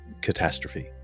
catastrophe